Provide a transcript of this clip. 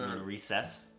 Recess